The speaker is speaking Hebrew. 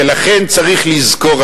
ולכן צריך לזכור,